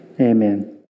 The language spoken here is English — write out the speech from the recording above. Amen